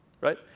right